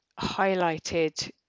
highlighted